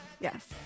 yes